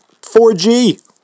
4G